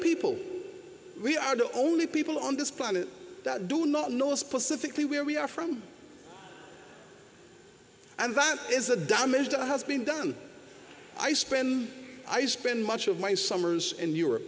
people we are the only people on this planet that do not know specifically where we are from and that is the damage that has been done i spend i spend much of my summers in europe